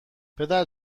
پدر